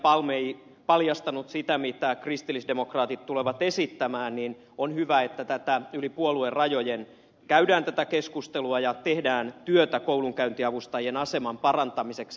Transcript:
palm ei paljastanut sitä mitä kristillisdemokraatit tulevat esittämään niin on hyvä että tätä keskustelua yli puoluerajojen käydään ja tehdään työtä koulunkäyntiavustajien aseman parantamiseksi